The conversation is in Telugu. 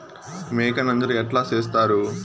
మేక నంజర ఎట్లా సేస్తారు?